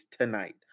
tonight